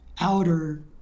outer